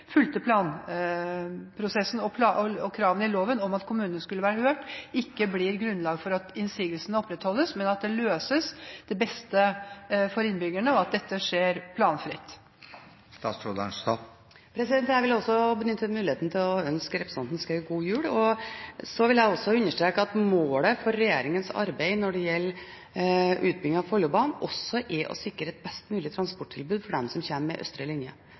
fulgte planprosessen og kravene i loven om at kommunene skulle være hørt – ikke blir grunnlag for at innsigelsene opprettholdes, men at dette løses til beste for innbyggerne, og at det skjer planfritt. Jeg vil også få benytte muligheten til å ønske representanten Schou god jul. Så vil jeg understreke at målet for regjeringens arbeid når det gjelder utbyggingen av Follobanen, også er å sikre et best mulig transporttilbud for dem som kommer med østre linje.